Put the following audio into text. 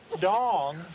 dong